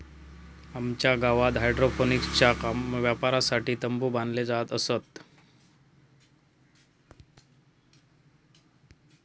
आमच्या गावात हायड्रोपोनिक्सच्या वापरासाठी तंबु बांधले जात असत